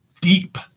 deep